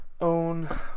own